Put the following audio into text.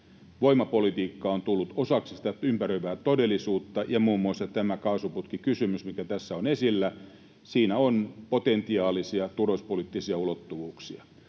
Voimapolitiikka on tullut osaksi ympäröivää todellisuutta, ja muun muassa tässä kaasuputkikysymyksessä, mikä tässä on esillä, on potentiaalisia turvallisuuspoliittisia ulottuvuuksia.